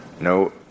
no